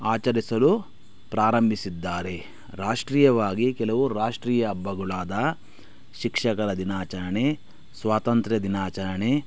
ಆಚರಿಸಲು ಪ್ರಾರಂಭಿಸಿದ್ದಾರೆ ರಾಷ್ಟ್ರೀಯವಾಗಿ ಕೆಲವು ರಾಷ್ಟ್ರೀಯ ಹಬ್ಬಗಳಾದ ಶಿಕ್ಷಕರ ದಿನಾಚರಣೆ ಸ್ವಾತಂತ್ರ್ಯ ದಿನಾಚರಣೆ